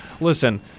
listen